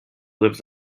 lives